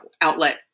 outlet